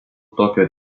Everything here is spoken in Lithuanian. tokio